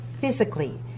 physically